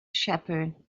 shepherd